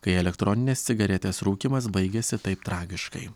kai elektroninės cigaretės rūkymas baigiasi taip tragiškai